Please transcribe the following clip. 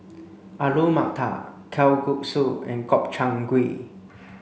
Alu Matar Kalguksu and Gobchang Gui